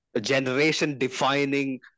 generation-defining